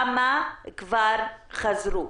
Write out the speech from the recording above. כמה כבר חזרו?